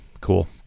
cool